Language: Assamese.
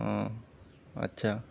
অঁ আচ্ছা